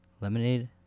lemonade